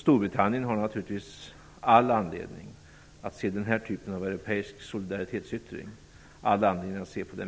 Storbritannien har naturligtvis all anledning att mycket positivt se på den här typen av europeisk solidaritetsyttring. Det är ju fråga